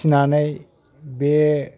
फिनानै बे